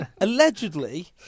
allegedly